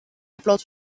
upload